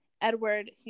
Edward